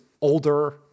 older